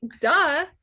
duh